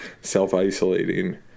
self-isolating